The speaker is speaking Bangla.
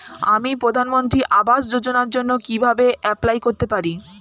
আমি প্রধানমন্ত্রী আবাস যোজনার জন্য কিভাবে এপ্লাই করতে পারি?